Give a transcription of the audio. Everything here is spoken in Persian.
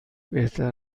بهتر